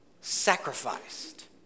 sacrificed